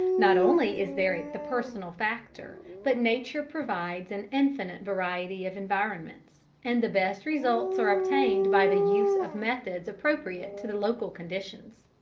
not only is there the personal factor, but nature provides an infinite variety of environments, and the best results are obtained by the use of methods appropriate to the local conditions.